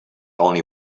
only